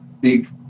big